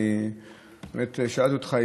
אני שאלתי אותך,